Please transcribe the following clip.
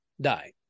die